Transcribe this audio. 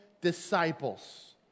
disciples